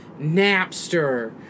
Napster